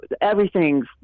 everything's